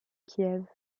kiev